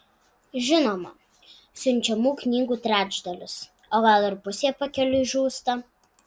žinoma siunčiamų knygų trečdalis o gal ir pusė pakeliui žūsta